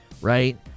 right